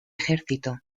ejército